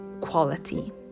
quality